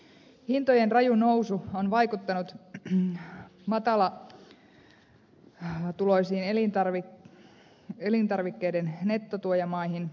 hintojen raju nousu on vaikuttanut matalatuloisiin elintarvikkeiden nettotuojamaihin